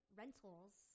rentals